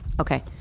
Okay